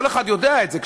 כל אחד יודע את זה.